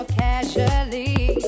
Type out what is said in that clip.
casually